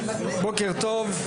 בוקר טוב,